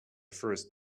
first